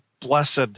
blessed